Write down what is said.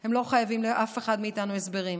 הם לא חייבים לאף אחד מאיתנו הסברים,